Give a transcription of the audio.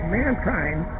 mankind